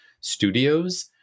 studios